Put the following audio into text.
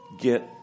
get